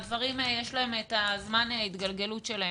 לדברים יש את זמן ההתגלגלות שלהם.